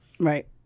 right